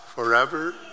Forever